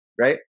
right